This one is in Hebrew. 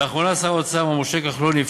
לאחרונה הפעיל שר האוצר מר משה כחלון את